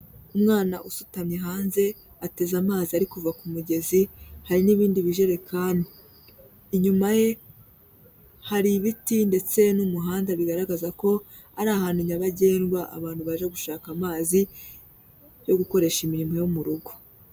Umwana usutamye hanze, ateze amazi ari kuva ku mugezi, hari n'ibindi bijerekani, inyuma ye hari ibiti ndetse n'umuhanda bigaragaza ko ari ahantu nyabagendwa abantu baje gushaka amazi, yo gukoresha imirimo yo mu rugo.